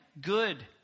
Good